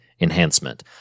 enhancement